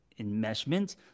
enmeshment